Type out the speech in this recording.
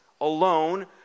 alone